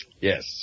Yes